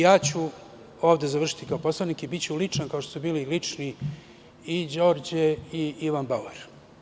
Ja ću ovde završiti kao poslanik i biću ličan, kao što su bili lični i Đorđe i Ivan Bauer.